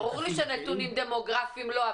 ברור לי שנתונים דמוגרפיים לא,